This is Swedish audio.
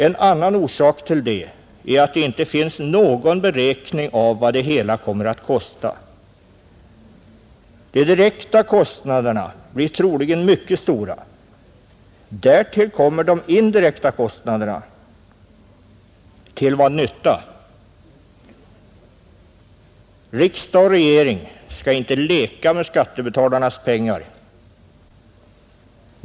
En annan orsak till det är att det inte finns någon beräkning av vad det hela kommer att kosta. De direkta kostnaderna blir tydligen mycket stora. Därtill kommer de indirekta kostnaderna, Till vad nytta? Riksdag och regering skall inte leka med skattebetalarnas pengar.